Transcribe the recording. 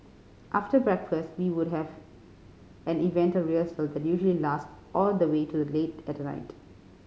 after breakfast we would have an event or rehearsal that usually last all the way to late at night